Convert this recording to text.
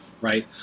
right